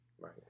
Right